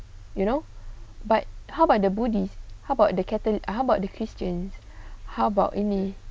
you know but how about the buddhist how about the carton how about the christians how about any